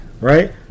right